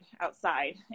outside